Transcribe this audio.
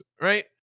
Right